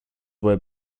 were